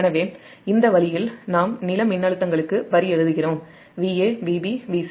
எனவே இந்த வழியில் நாம் நில மின்னழுத்தங்களுக்கு வரி எழுதுகிறோம் VaVb Vc